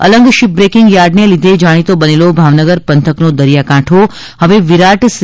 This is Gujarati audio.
અલંગ શીપબ્રેકીંગ યાર્ડને લીધે જાણીતો બનેલો ભાવનગર પંથકનો દરિયાકાંઠો હવે વિરાટ સી